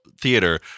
theater